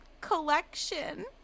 collection